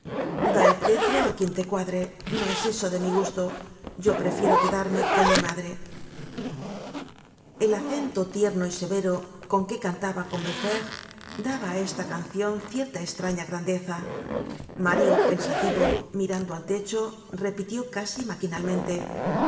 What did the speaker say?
el cetro á quien te cuadre no es eso de mi gusto yo prefiero quedarme con mi madre el acento tierno y severo con que cantaba combeferre daba á esta cancion cierta estraña grandeza mario pensativo mirando al techo repitió casi maquinalmente